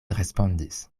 respondis